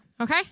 okay